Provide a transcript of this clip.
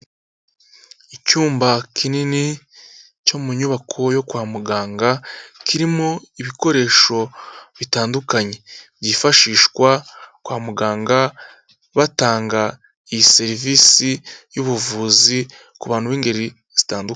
Icyumba kinini cyo mu nyubako yo kwa muganga, kirimo ibikoresho bitandukanye byifashishwa kwa muganga batanga iyi serivisi y'ubuvuzi ku bantu b'ingeri zitandukanye.